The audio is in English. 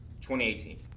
2018